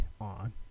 on